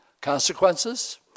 Consequences